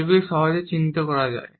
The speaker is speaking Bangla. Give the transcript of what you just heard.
এগুলি সহজেই চিহ্নিত করা যায়